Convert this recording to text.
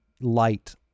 light